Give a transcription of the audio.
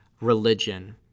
religion